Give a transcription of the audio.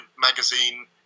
magazine